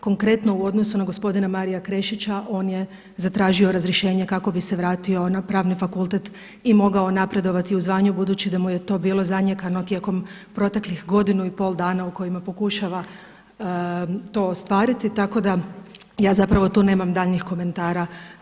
Konkretno u odnosu na gospodina Maria Krešića, on je zatražio razrješenje kako bi se vrati na Pravni fakultet i mogao napredovati u zvanju budući da mu je to bilo zanijekano tijekom proteklih godinu i pol dana u kojima pokušava to ostvariti, tako da ja tu nemam daljnjih komentara.